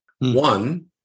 One